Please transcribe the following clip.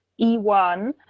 E1